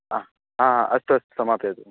आ आ हा अस्तु अस्तु समापयतु